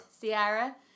Sierra